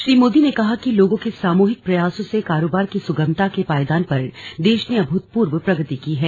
श्री मोदी ने कहा कि लोगों के सामूहिक प्रयासों से कारोबार की आसानी के पायदान पर देश ने अभूतपूर्व प्रगति की है